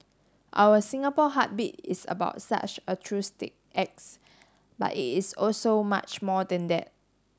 our Singapore Heartbeat is about such altruistic acts but it is also much more than that